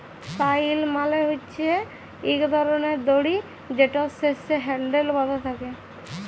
flail মালে হছে ইক ধরলের দড়ি যেটর শেষে হ্যালডেল বাঁধা থ্যাকে